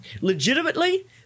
Legitimately